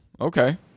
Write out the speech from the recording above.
okay